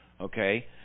okay